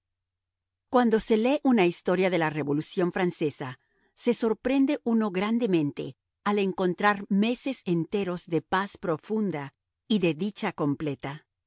cuando se lee una historia de la revolución francesa se sorprende uno grandemente al encontrar meses enteros de paz profunda y de dicha completa